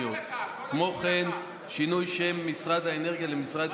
כי אתם ממילא לא מקשיבים.